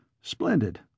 Splendid